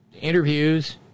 interviews